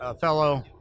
fellow